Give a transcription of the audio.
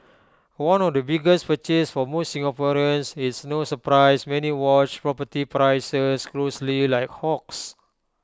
one of the biggest purchase for most Singaporeans it's no surprise many watch property prices closely like hawks